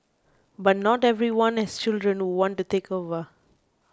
but not everyone has children who want to take over